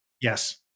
yes